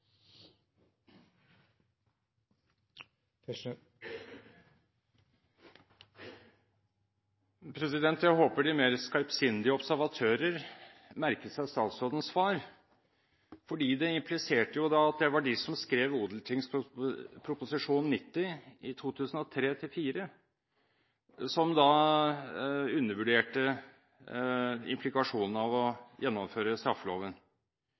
Jeg håper de mer skarpsindige observatører merket seg statsrådens svar. Det impliserte at det var de som skrev Ot.prp. nr. 90 for 2003–2004 som undervurderte implikasjonene av å gjennomføre straffeloven.